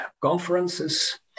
conferences